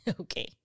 Okay